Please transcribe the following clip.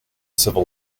civil